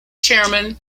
chairman